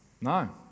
No